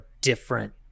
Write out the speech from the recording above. different